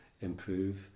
improve